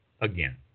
Again